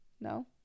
No